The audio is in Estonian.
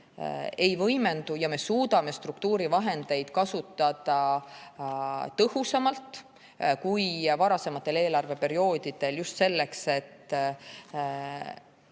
ei võimendu ja me suudame struktuurifondide vahendeid kasutada tõhusamalt kui varasematel eelarveperioodidel ka selleks, et